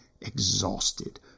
exhausted